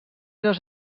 dos